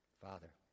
Father